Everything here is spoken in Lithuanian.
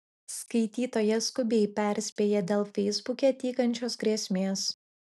skaitytoja skubiai perspėja dėl feisbuke tykančios grėsmės